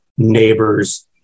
Neighbors